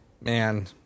Man